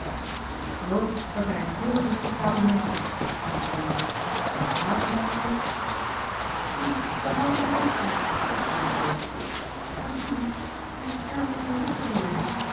ik geloof dat hij een heel respectabel mensch is antwoordde lina en een braaf mensch ok nu daar houd ik hem ook voor sprak dorothea maar zie-je hij is erg onvoorzichtig geweest